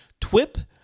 TWIP